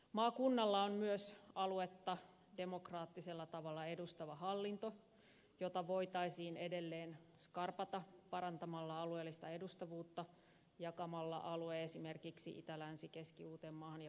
maakunnalla on myös aluetta demokraattisella tavalla edustava hallinto jota voitaisiin edelleen skarpata parantamalla alueellista edustavuutta jakamalla alue esimerkiksi itä länsi keski uuteenmaahan ja pääkaupunkiseutuun